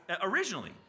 originally